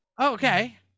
Okay